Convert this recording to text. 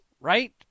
right